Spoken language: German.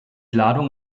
ladung